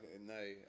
No